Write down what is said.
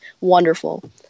wonderful